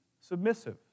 submissive